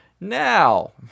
Now